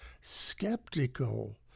skeptical